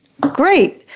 great